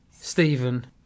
Stephen